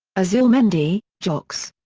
azurmendi, joxe.